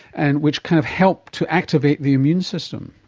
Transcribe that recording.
and which kind of help to activate the immune system.